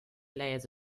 layers